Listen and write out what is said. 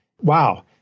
wow